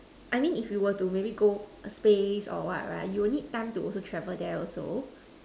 I mean if you were to maybe go space or what right you will need time to also travel there also